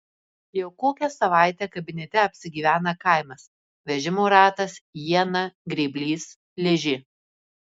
jau kokią savaitę kabinete apsigyvena kaimas vežimo ratas iena grėblys ližė